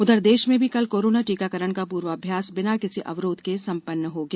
उधर देश में भी कल कोरोना टीकाकरण का पूर्वाभ्यास बिना किसी अवरोध के संपन्न हो गया